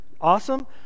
Awesome